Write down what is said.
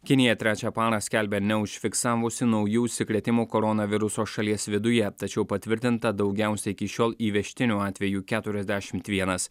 kinija trečią parą skelbia neužfiksavusi naujų užsikrėtimų koronaviruso šalies viduje tačiau patvirtinta daugiausia iki šiol įvežtinių atvejų keturiasdešimt vienas